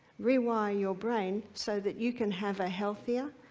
rewire your brain so that you can have a healthier,